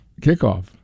kickoff